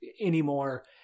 anymore